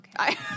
okay